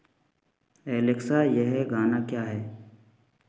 Alexa यह गाना क्या है